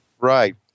Right